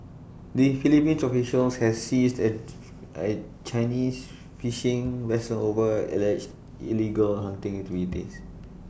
the Philippines officials had seized A I Chinese fishing vessel over alleged illegal hunting activities